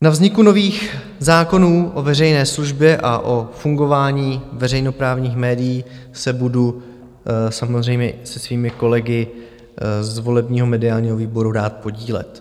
Na vzniku nových zákonů o veřejné službě a o fungování veřejnoprávních médií se budu samozřejmě i se svými kolegy z volebního mediálního výboru rád podílet.